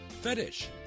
fetish